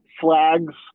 flags